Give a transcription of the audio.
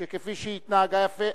וכפי שהיא התנהגה יפה,